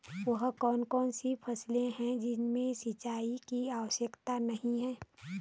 वह कौन कौन सी फसलें हैं जिनमें सिंचाई की आवश्यकता नहीं है?